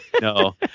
no